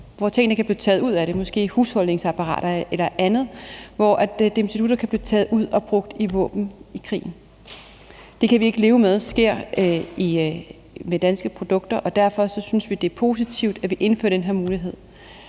og kan blive taget ud af f.eks. husholdningsapparater eller andet. Dimsedutter kan blive taget ud og blive brugt i våben i krigen. Det kan vi ikke leve med sker med danske produkter, og derfor synes vi, at det er positivt, at vi indfører den her mulighed.